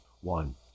One